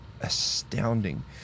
astounding